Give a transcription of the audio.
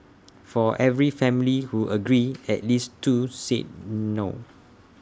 for every family who agreed at least two said no